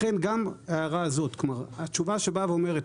לכן גם ההערה הזאת כלומר התשובה שבאה ואומרת.